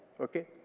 Okay